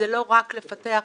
זה לא רק לפתח שירותים,